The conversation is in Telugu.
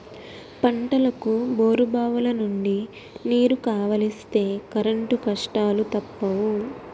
పంటలకు బోరుబావులనుండి నీరు కావలిస్తే కరెంటు కష్టాలూ తప్పవు